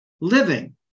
Living